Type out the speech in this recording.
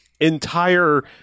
entire